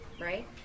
right